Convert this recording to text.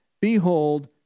behold